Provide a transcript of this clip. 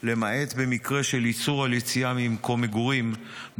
למעט במקרה של איסור על יציאה ממקום מגורים,